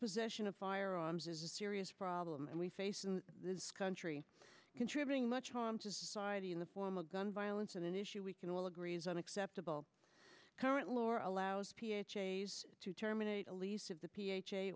possession of firearms is a serious problem and we face in this country contributing much harm to society in the form of gun violence an issue we can all agree is unacceptable current law or allows it to terminate a lease of the p h a